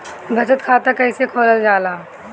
बचत खाता कइसे खोलल जाला?